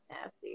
nasty